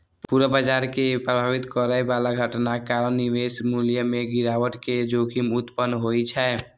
पूरा बाजार कें प्रभावित करै बला घटनाक कारण निवेश मूल्य मे गिरावट के जोखिम उत्पन्न होइ छै